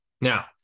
Now